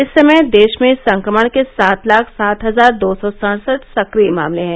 इस समय देश में संक्रमण के सात लाख सात हजार दो सौ सड़सठ सक्रिय मामले हैं